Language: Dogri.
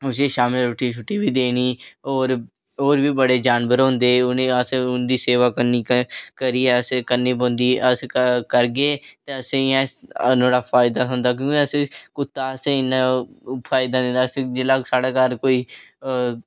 उसी शामीं रुट्टी बी देनी होर होर बी बड़े जानवर होंदे उ'नें गी अस ते उं'दी सेवा करनी करनी पौंदी ते अस करगे ते असेंगी नुहाड़ा फायदा थ्होंदा क्योंकि कुत्ता असेंगी इन्ना फायदा दिंदा जेल्लै साढ़े घर कोई